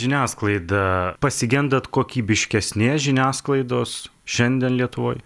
žiniasklaida pasigendat kokybiškesnės žiniasklaidos šiandien lietuvoj